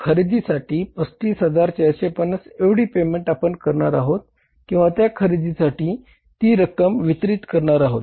खरेदीसाठी 35450 एवढे पेमेंट आपण करणार आहोत किंवा त्या खरेदींसाठी ती रक्कम वितरित करणार आहोत